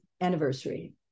anniversary